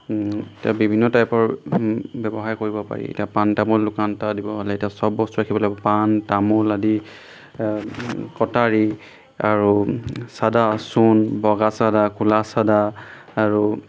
এতিয়া বিভিন্ন টাইপৰ ব্যৱসায় কৰিব পাৰি এতিয়া পাণ তামোল দোকান এটা দিব হ'লে এতিয়া চব বস্তু ৰাখিব লাগিব পাণ তামোল আদি কটাৰী আৰু চাদা চূণ বগা চাদা ক'লা চাদা আৰু